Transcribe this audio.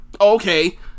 Okay